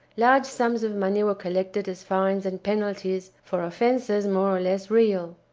large sums of money were collected as fines and penalties for offenses more or less real.